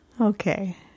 Okay